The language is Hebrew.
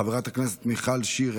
חברת הכנסת מיכל שיר,